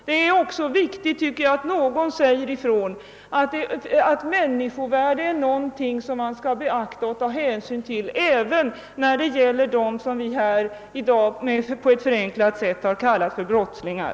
Det är också viktigt att någon säger ifrån att vi måste beakta och ta hänsyn till människovärdet även hos dem som här i dag på ett förenklat sätt har kallats för brottslingar.